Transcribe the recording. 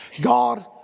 God